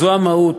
זו המהות,